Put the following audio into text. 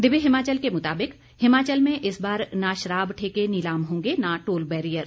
दिव्य हिमाचल के मुताबिक हिमाचल में इस बार न शराब ठेके नीलाम होंगे न टोल बैरियर